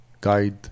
Guide